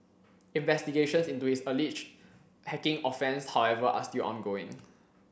investigations into his alleged hacking offence however are still ongoing